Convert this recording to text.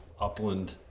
upland